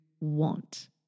want